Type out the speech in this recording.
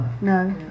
No